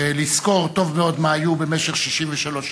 ולזכור טוב מאוד מה היה במשך 63 שנים.